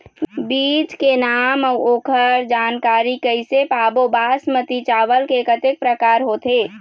बीज के नाम अऊ ओकर जानकारी कैसे पाबो बासमती चावल के कतेक प्रकार होथे?